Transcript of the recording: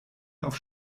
auf